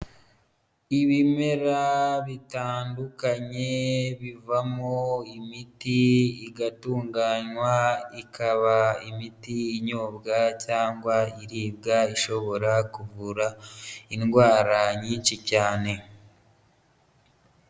Ibimera bitandukanye bivamo imiti igatunganywa ikaba imiti inyobwa cyangwa iribwa ishobora kuvura indwara nyinshi cyane.